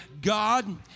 God